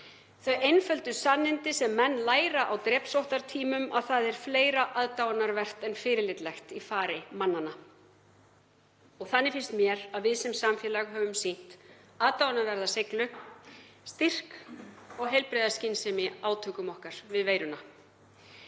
þau einföldu sannindi sem menn læra á drepsóttartímum, að það er fleira aðdáunarvert en fyrirlitlegt í fari mannanna. Þannig finnst mér að við sem samfélag höfum sýnt aðdáunarverða seiglu, styrk og heilbrigða skynsemi í átökum okkar við veiruna.